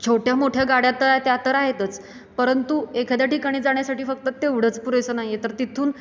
छोट्या मोठ्या गाड्या तर आहे त्या तर आहेतच परंतु एखाद्या ठिकाणी जाण्यासाठी फक्त तेवढंच पुरेसं नाही आहे तर तिथून